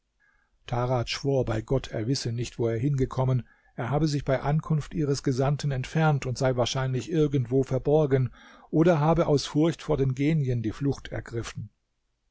schwor bei gott er wisse nicht wo er hingekommen er habe sich bei ankunft ihres gesandten entfernt und sei wahrscheinlich irgendwo verborgen oder habe aus furcht vor den genien die flucht ergriffen